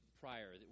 prior